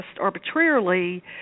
arbitrarily